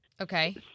Okay